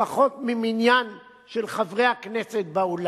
פחות ממניין של חברי הכנסת באולם.